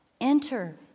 Enter